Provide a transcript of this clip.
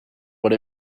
what